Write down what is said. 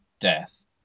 death